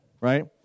right